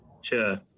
sure